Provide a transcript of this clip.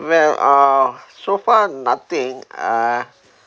well uh so far nothing uh